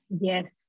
yes